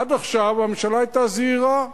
עד עכשיו הממשלה היתה זהירה,